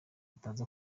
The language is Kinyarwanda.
ataza